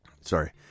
Sorry